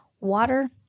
water